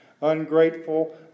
ungrateful